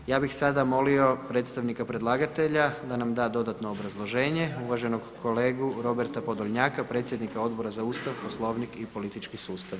Ja bih sada molio predstavnika predlagatelja da nam da dodatno obrazloženje, uvaženog kolegu Roberta Podolnjaka, predsjednika Odbora za Ustav, Poslovnik i politički sustav.